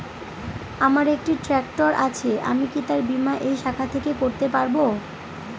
আমার একটি ট্র্যাক্টর আছে আমি কি তার বীমা এই শাখা থেকে করতে পারব?